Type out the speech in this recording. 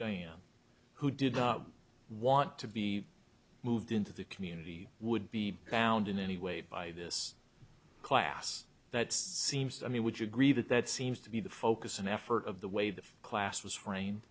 diane who didn't want to be moved into the community would be found in any way by this class that seems i mean would you agree that that seems to be the focus and effort of the way the class was fra